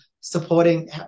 supporting